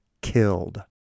killed